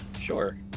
Sure